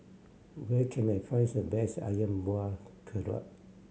where can I find the best Ayam Buah Keluak